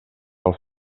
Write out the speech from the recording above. pel